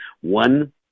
One